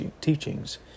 teachings